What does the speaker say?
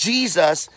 Jesus